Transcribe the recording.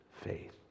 faith